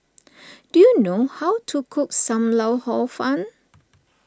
do you know how to cook Sam Lau Hor Fun